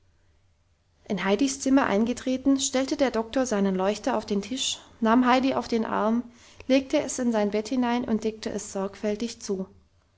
in heidis zimmer eingetreten stellte der doktor seinen leuchter auf den tisch nahm heidi auf den arm legte es in sein bett hinein und deckte es sorgfältig zu